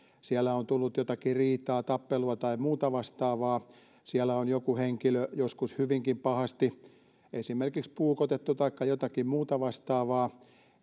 on tullut jotakin riitaa tappelua tai muuta vastaavaa siellä on joku henkilö joskus hyvinkin pahasti esimerkiksi puukotettu taikka jotakin muutakin vastaavaa